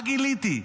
מה גיליתי?